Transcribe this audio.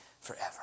forever